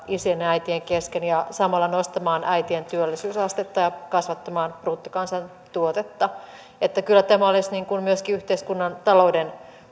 isien ja äitien kesken ja samalla nostamaan äitien työllisyysastetta ja kasvattamaan bruttokansantuotetta kyllä tämä olisi myöskin yhteiskunnan talouden